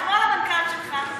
אתמול המנכ"ל שלך אמר,